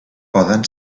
poden